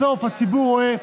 בסוף הציבור רואה.